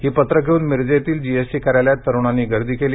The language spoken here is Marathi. ही पत्रे घेऊन मिरजेतील जीएसटी कार्यालयात तरुणांनी गर्दी केली